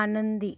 आनंदी